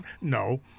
no